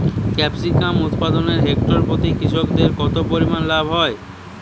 Capsicum উৎপাদনে hectare প্রতি কৃষকের কত পরিমান লাভ হয়?